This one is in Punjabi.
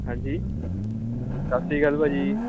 ਹਾਂਜੀ ਸਤਿ ਸ਼੍ਰੀ ਅਕਾਲ ਭਾਅ ਜੀ